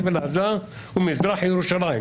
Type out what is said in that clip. חבל עזה ומזרח ירושלים",